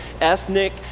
ethnic